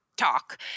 talk